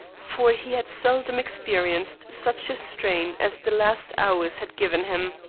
for he had seldom experienced such a strain as the last hours had given him.